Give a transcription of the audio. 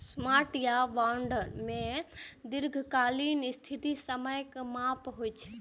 stock या bond मे दीर्घकालिक स्थिति समयक माप होइ छै